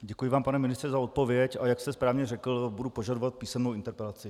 Děkuji vám, pane ministře, za odpověď, a jak jste správně řekl, budu požadovat písemnou interpelaci.